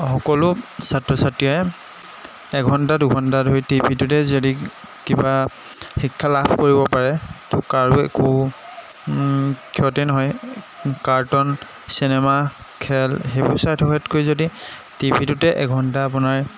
সকলো ছাত্ৰ ছাত্ৰীয়ে এঘণ্টা দুঘণ্টা ধৰি টি ভিটোতে যদি কিবা শিক্ষা লাভ কৰিব পাৰে ত' কাৰো একো ক্ষতি নহয় কাৰ্টুন চিনেমা খেল সেইবোৰ চাই থকাতকৈ যদি টি ভিটোতে এঘণ্টা আপোনাৰ